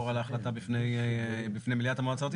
על ההחלטה בפני מליאת המועצה הארצית,